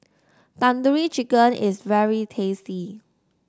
Tandoori Chicken is very tasty